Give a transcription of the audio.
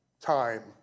time